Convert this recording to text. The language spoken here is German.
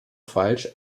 falsch